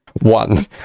One